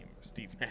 Steve